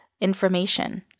information